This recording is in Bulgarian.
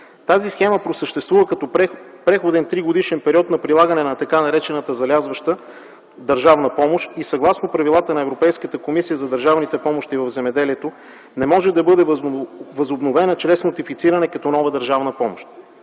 Тази схема просъществува като преходен тригодишен период за прилагане на така наречената залязваща държавна помощ и съгласно правилата на Европейската комисия за държавните помощи в земеделието не може да бъде възобновена чрез нотифициране като нова държавна помощ.